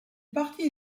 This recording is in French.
partie